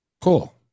cool